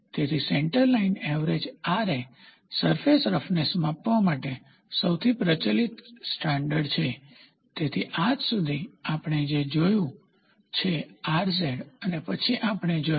તેથી centre line average surface roughness માપવા માટે સૌથી પ્રચલિત સ્ટાન્ડર્ડ છે તેથી આજ સુધી આપણે જે જોયું છેઅને પછી આપણે જોયું